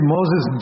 Moses